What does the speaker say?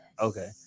Okay